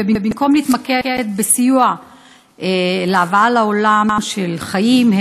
ובמקום להתמקד בסיוע בהבאת חיים לעולם,